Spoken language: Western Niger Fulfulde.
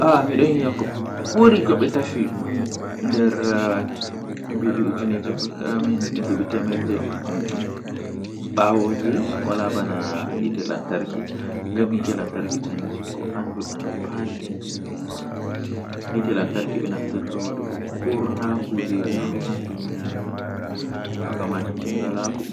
Taalel taalel jannata booyel, Woodi goygoy wa feere don hula nastugo nder nyibre kanko ko nder sei ni odon joodi haa babal laddum oyida nastugo babal nyibre to o nasti nder haske bo odon hulna bikkon nden bikkon wari faami oyida nder nyibre nyede go kan be itti kulol be nangi mo be habbi be sakkini